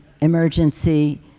emergency